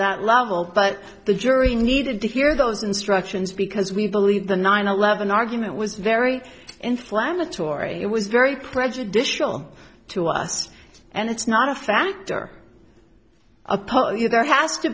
that level but the jury needed to hear those instructions because we believe the nine eleven argument was very inflammatory it was very prejudicial to us and it's not a factor oppose you there has to